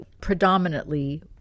predominantly